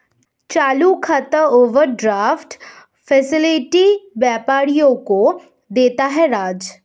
चालू खाता overdraft facility व्यापारियों को देता है राज